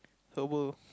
herbal